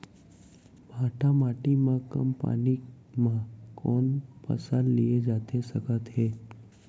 भांठा माटी मा कम पानी मा कौन फसल लिए जाथे सकत हे?